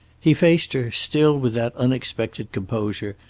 he faced her, still with that unexpected composure,